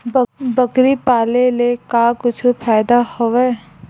बकरी पाले ले का कुछु फ़ायदा हवय?